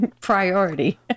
Priority